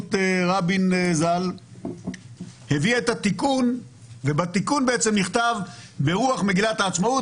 בראשות רבין ז"ל הביאה את התיקון ובתיקון בעצם נכתב ברוח מגילת העצמאות,